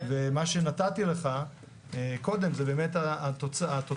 ומה שנתתי לך קודם זה באמת התוצר.